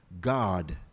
God